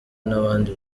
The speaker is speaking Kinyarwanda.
n’abandi